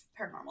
paranormal